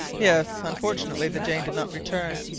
yes. unfortunately, the jane did not return.